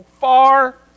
far